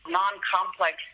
non-complex